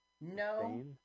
No